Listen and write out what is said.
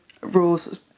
rules